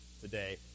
today